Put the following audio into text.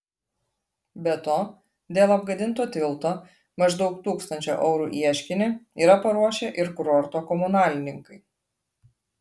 be to dėl apgadinto tilto maždaug tūkstančio eurų ieškinį yra paruošę ir kurorto komunalininkai